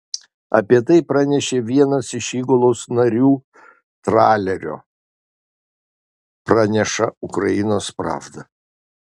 apie tai pranešė vienas iš įgulos narių tralerio praneša ukrainos pravda